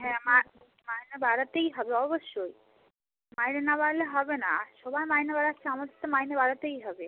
হ্যাঁ মা মাইনে বাড়াতেই হবে অবশ্যই মাইনে না বাড়ালে হবে না সবার মাইনে বাড়াচ্ছে আমাদের তো মাইনে বাড়াতেই হবে